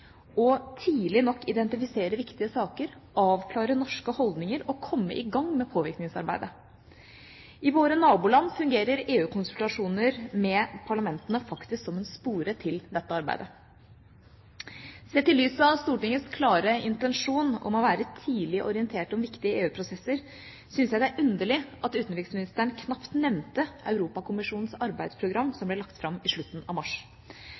tidlig nok å identifisere viktige saker, avklare norske holdninger og komme i gang med påvirkningsarbeidet. I våre naboland fungerer EU-konsultasjoner med parlamentene faktisk som en spore til dette arbeidet. Sett i lys av Stortingets klare intensjon om å være tidlig orientert om viktige EU-prosesser syns jeg det er underlig at utenriksministeren knapt nevnte Europakommisjonens arbeidsprogram, som ble lagt fram i slutten av mars.